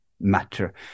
matter